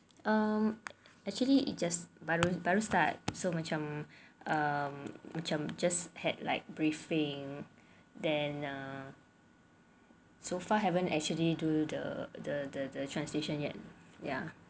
um actually it just baru baru start so macam um macam just had like briefing then uh so far haven't actually do the the translation yet ya